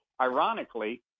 Ironically